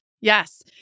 Yes